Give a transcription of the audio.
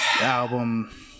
album